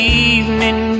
evening